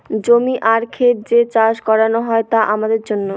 জমি আর খেত যে চাষ করানো হয় তা আমাদের জন্য